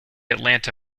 atlanta